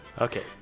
Okay